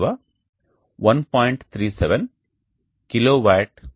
37 kWm2